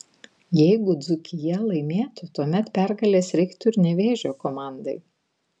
jeigu dzūkija laimėtų tuomet pergalės reiktų ir nevėžio komandai